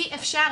אי אפשר.